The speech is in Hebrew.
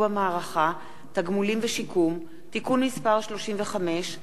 במערכה (תגמולים ושיקום) (תיקון מס' 35),